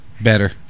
Better